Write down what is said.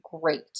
great